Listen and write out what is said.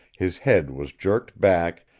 his head was jerked back,